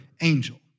angel